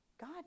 God